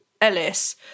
Ellis